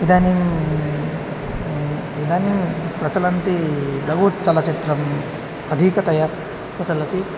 इदानीम् इदानीं प्रचलन्ति लघुचलचित्रम् अधिकतया प्रचलति